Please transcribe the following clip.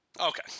Okay